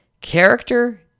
Character